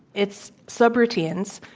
it's sub-routines.